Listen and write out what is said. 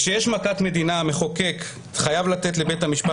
כשיש מכת מדינה המחוקק חייב לתת לבית המשפט